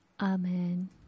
Amen